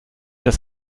das